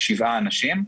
בשבעה אנשים,